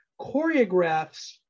choreographs